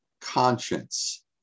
conscience